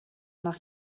nach